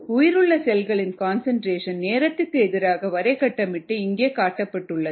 உயிருள்ள செல்களின் கன்சன்ட்ரேஷன் நேரத்திற்கு எதிராக வரைகட்டமிட்டு இங்கே காட்டப்பட்டுள்ளது